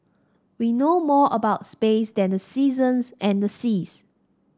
we know more about space than the seasons and the seas